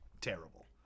terrible